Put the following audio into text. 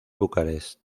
bucarest